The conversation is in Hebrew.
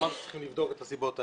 ואמרת שצריך לבדוק את הסיבות האלה.